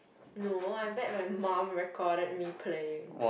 no I bet my mum recorded me playing